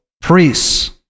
priests